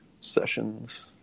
sessions